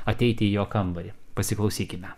ateiti į jo kambarį pasiklausykime